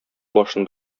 башын